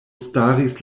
staris